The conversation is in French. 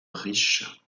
riche